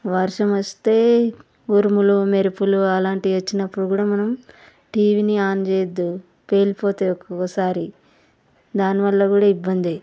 వర్షం వస్తే ఉరుములు మెరుపులు అలాంటివి వచ్చినప్పుడు కూడా మనం టీవీని ఆన్ చేయద్దు పేలిపోతాయి ఒక్కొక్కసారి దానివల్ల కూడా ఇబ్బంది